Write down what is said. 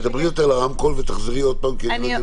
תחזרי שוב.